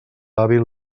hàbil